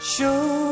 Show